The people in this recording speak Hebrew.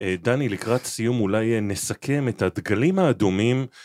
דני לקראת סיום אולי נסכם את הדגלים האדומים